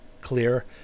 clear